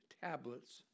tablets